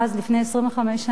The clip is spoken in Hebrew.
לפני 25 שנה,